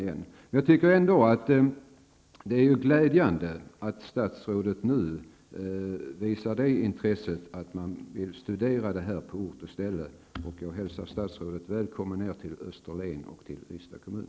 Det är dock glädjande att statsrådet nu visar ett intresse för studier på ort och ställe. Jag hälsar statsrådet välkommen till Österlen och till Ystads kommun.